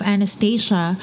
Anastasia